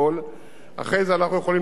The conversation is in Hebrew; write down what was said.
אחרי זה אנחנו יכולים לקחת אחריות,